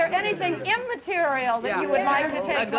um anything immaterial that you would like to take?